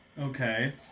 Okay